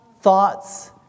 thoughts